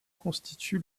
constitue